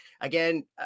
Again